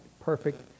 perfect